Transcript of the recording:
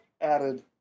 added